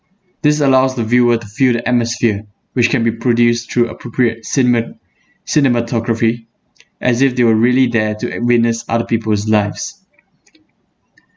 this allows the viewer to feel the atmosphere which can be produced through appropriate cinemat~ cinematography as if they were really there to a~ witness other people's lives